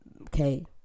okay